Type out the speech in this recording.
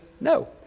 no